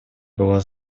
была